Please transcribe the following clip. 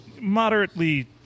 moderately